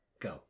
Go